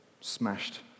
smashed